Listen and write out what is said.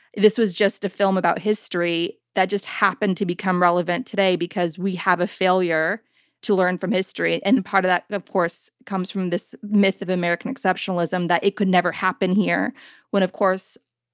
this was just a film about history that just happened to become relevant today because we have a failure to learn from history. and part of that, of course, comes from this myth of american exceptionalism-that it could never happen here when, of course,